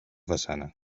façana